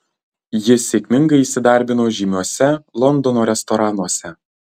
jie sėkmingai įsidarbino žymiuose londono restoranuose